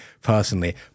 personally